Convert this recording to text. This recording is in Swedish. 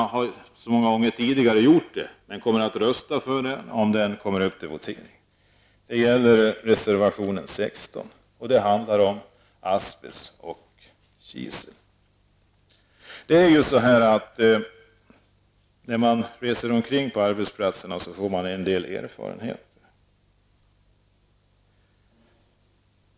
Vi kommer att rösta på den om den kommer upp till votering. Det är reservation 16, som handlar om asbest och kisel. Besöker man arbetsplatser får man en del erfarenheter.